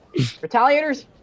Retaliators